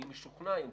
אני משוכנע.